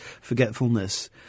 forgetfulness